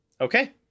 Okay